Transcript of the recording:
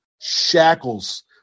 shackles